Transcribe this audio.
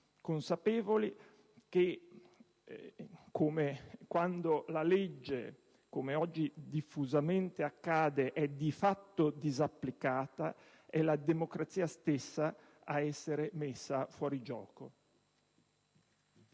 Consapevoli che quando - come oggi diffusamente accade - la legge viene di fatto disapplicata, è la democrazia stessa ad essere messa fuori gioco.